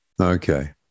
Okay